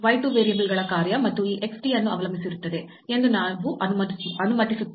x ಮತ್ತು y 2 ವೇರಿಯೇಬಲ್ಗಳ ಕಾರ್ಯ ಮತ್ತು ಈ x t ಅನ್ನು ಅವಲಂಬಿಸಿರುತ್ತದೆ ಎಂದು ನಾವು ಅನುಮತಿಸುತ್ತೇವೆ